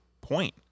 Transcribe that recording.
point